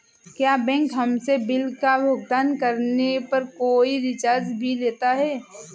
क्या बैंक हमसे बिल का भुगतान करने पर कोई चार्ज भी लेता है?